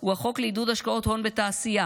הוא החוק לעידוד השקעות הון בתעשייה.